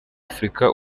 afurika